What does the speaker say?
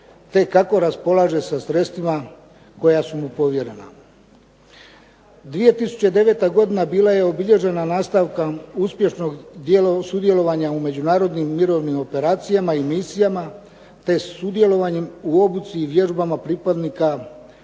te kako raspolaže sa sredstvima koja su mu povjerena. 2009. godina bila je obilježena nastavkom uspješnog sudjelovanja u međunarodnim mirovnim operacijama i misijama, te sudjelovanjem u obuci i vježbama pripadnika